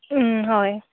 अं हय